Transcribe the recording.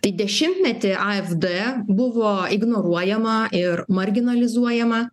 tai dešimtmetį afd buvo ignoruojama ir marginalizuojama